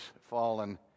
fallen